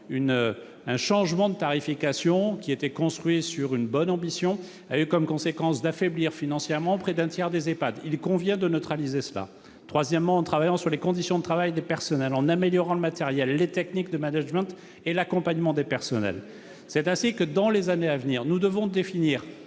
un changement de tarification, pourtant inspiré par une bonne intention, a eu comme conséquence d'affaiblir financièrement près d'un tiers des EHPAD ; il convient de neutraliser cela. Troisièmement, nous entendons agir sur les conditions de travail du personnel, en améliorant le matériel, les techniques de management et l'accompagnement du personnel. Dans les années à venir, nous devrons définir,